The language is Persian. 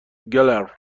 گلر